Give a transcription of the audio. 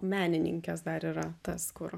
menininkės dar yra tas kur